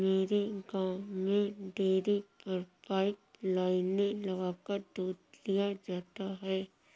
मेरे गांव में डेरी पर पाइप लाइने लगाकर दूध लिया जाता है